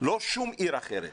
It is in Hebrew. לא שום עיר אחרת,